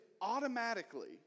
automatically